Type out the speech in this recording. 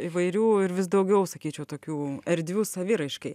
įvairių ir vis daugiau sakyčiau tokių erdvių saviraiškai